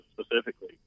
specifically